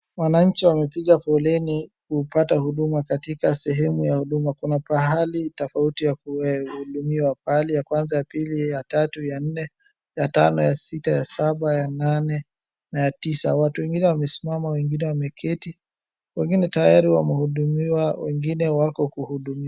Wananchi wamepiga foleni kupata huduma katika sehemu ya huduma, kuna pahali tofauti ya kuhudumiwa. Pahali ya kwanza ,ya pili, ya tatu, ya nne, ya tano, ya sita, ya saba, ya nane na ya tisa. Watu wengine wamesimama, wengine wameketi, wengine tayari wamehudumiwa, wengine wako kuhudumiwa.